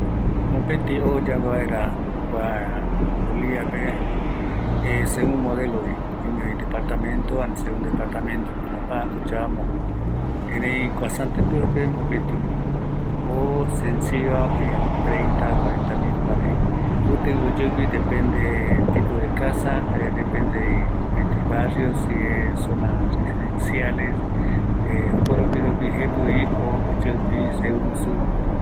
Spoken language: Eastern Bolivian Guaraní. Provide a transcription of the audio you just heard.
Mopeti oo jep, kuarupi mboapipaeta, irundipaeta rupi, kua oïme öi ciudad rupi, barrios rupi, oyeupi jepi